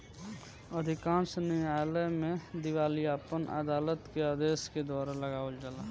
अधिकांश न्यायालय में दिवालियापन अदालत के आदेश के द्वारा लगावल जाला